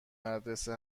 مدرسه